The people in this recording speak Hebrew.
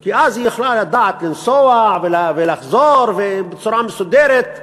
כי אז היא יכלה לנסוע ולחזור בצורה מסודרת,